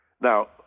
Now